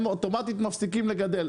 הם אוטומטית מפסיקים לגדל,